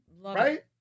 Right